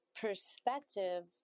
perspective